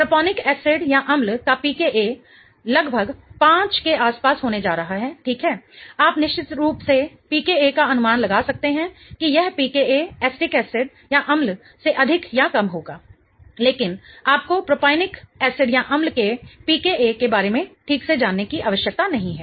propionic एसिडअम्ल का pKa लगभग 5 के आसपास होने जा रहा है ठीक है आप निश्चित रूप से pKa का अनुमान लगा सकते हैं कि यह pKa एसिटिक एसिडअम्ल से अधिक या कम होगा लेकिन आपको प्रोपोनिक एसिडअम्ल के pKa के बारे में ठीक से जानने की आवश्यकता नहीं है